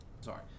sorry